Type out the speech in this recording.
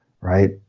right